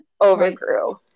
overgrew